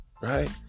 right